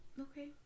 Okay